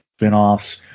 spinoffs